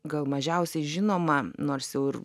gal mažiausiai žinoma nors jau ir